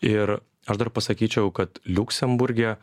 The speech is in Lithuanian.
ir aš dar pasakyčiau kad liuksemburge